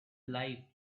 life